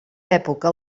època